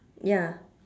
ya